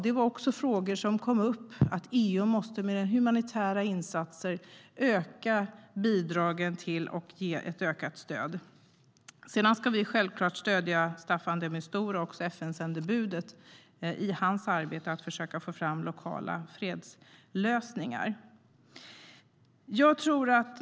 Det var också en fråga som kom upp, alltså att EU måste öka bidragen till humanitära insatser. Sedan ska vi självklart stödja FN-sändebudet Staffan de Mistura i hans arbete att försöka få fram lokala fredslösningar.